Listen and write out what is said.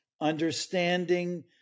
understanding